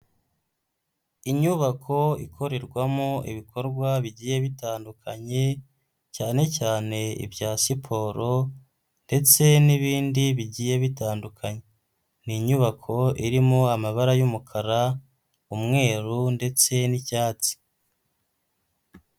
Inyubako ikorerwamo ibikorwa bigiye bitandukanye cyane cyane ibya siporo ndetse n'ibindi bigiye bitandukanye, ni inyubako irimo amabara y'umukara, umweru ndetse n'icyatsi.